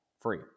free